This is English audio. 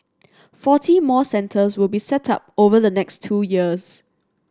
forty more centres will be set up over the next two years